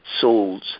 souls